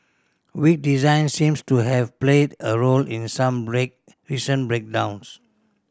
weak design seems to have played a role in some recent breakdowns